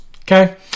Okay